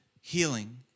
healing